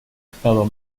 estado